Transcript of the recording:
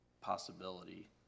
possibility